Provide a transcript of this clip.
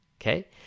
okay